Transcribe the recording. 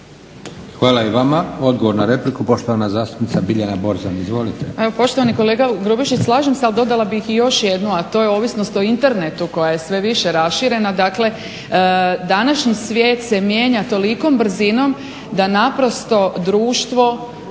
Hvala i vama. Odgovor na repliku, poštovana zastupnica Biljana Borzan. Izvolite.